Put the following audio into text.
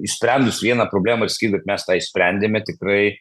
išsprendus vieną problemą ir sakyt kad mes tą išsprendėme tikrai